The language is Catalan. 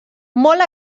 molt